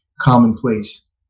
commonplace